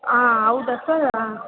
ಆಂ ಹೌದಾ ಸರ್ ಹಾಂ